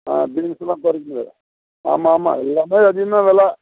ஆ பீன்ஸெலாம் ஆமாம் ஆமாம் எல்லாமே அதிகந்தான் வெலை